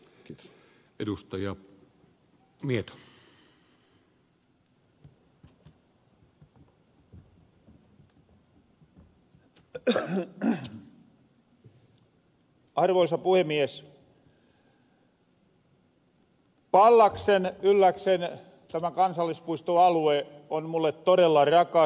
tämä pallaksen ylläksen kansallispuistoalue on mulle todella rakas